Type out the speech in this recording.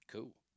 Cool